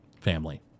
family